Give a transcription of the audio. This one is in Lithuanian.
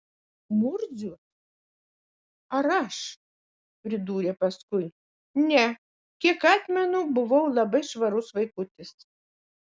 murzius ar aš pridūrė paskui ne kiek atmenu buvau labai švarus vaikutis